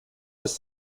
ist